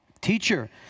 Teacher